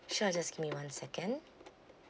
sure just give me one second